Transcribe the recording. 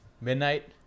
Midnight